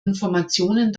informationen